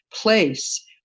place